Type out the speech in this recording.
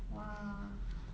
!wah!